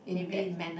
maybe